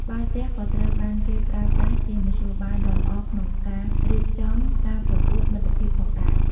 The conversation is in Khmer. បាល់ទះក៏ត្រូវបានគេប្រើប្រាស់ជាមធ្យោបាយដ៏ល្អក្នុងការរៀបចំការប្រកួតមិត្តភាពផងដែរ។